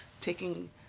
Taking